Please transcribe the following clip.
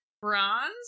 bronze